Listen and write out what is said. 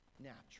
natural